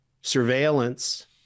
surveillance